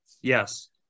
Yes